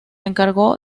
encargó